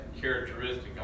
characteristic